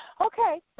Okay